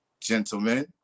gentlemen